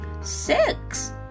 six